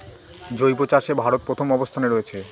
জৈব চাষে ভারত প্রথম অবস্থানে রয়েছে